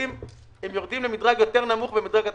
הם יורדים למדרג נמוך יותר במדרג התשלומים.